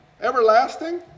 Everlasting